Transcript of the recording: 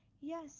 Yes